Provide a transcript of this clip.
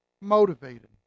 motivated